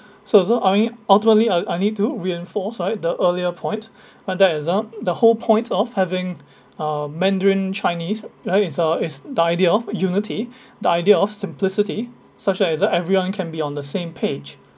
so although I mean ultimately I I'll need to reinforce right the earlier point but that's the the whole point of having uh mandarin chinese right is the is the idea of unity the idea of simplicity such as uh everyone can be on the same page